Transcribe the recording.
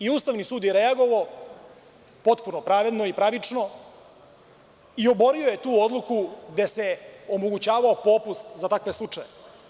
Ustavni sud je reagovao potpuno pravedno i pravično i oborio je tu odluku gde se omogućavao popust za takve slučajeve.